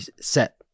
set